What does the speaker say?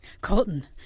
Colton